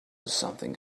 something